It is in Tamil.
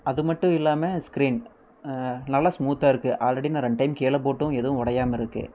அது மட்டும் இல்லாமல் ஸ்கிரீன் நல்லா ஸ்மூத்தாக இருக்கு ஆல்ரெடி நான் ரெண்டு டைம் கீழே போட்டும் எதுவும் உடையாம இருக்கு